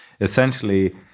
essentially